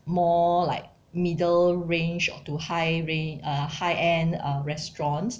more like middle range or to high range uh high end uh restaurants